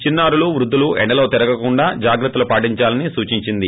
చిన్నారులు వృద్యలు ఎండల్లో తిరగకుండా జాగ్రత్తలు పాటించాలని సూచించింది